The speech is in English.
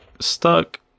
Stuck